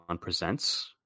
Presents